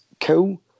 cool